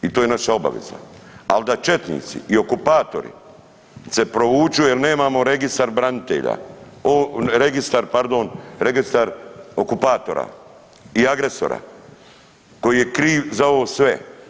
I to je naša obaveza, ali da četnici i okupatori se provuću jer nemamo registar branitelja, o, registar, pardon, registar okupatora i agresora koji je kriv za ovo sve.